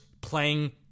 playing